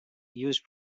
used